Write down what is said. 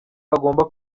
agomba